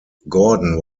gordon